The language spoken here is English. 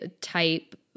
type